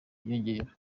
yiyongera